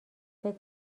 فکر